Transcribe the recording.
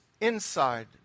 inside